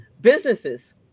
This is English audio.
businesses